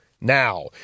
now